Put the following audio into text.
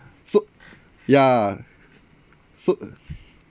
so ya so